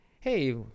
hey